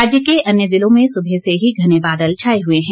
राज्य के अन्य ज़िलों में सुबह से ही घने बादल छाए हुए हैं